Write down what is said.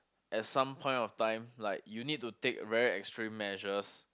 at some point of time like you need to take very extreme measures